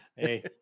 Hey